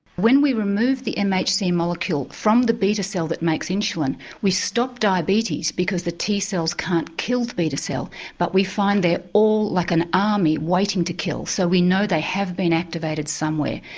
when we removed the mhc molecule from the beta cell that makes insulin we stopped diabetes because the t cells can't kill the beta cell but we find they are all like an army waiting to kill, so we know they have been activated somewhere.